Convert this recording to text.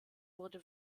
wurde